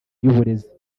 y’uburezi